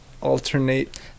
alternate